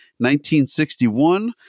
1961